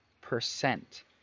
percent